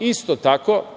Isto tako,